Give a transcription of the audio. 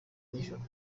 nijoro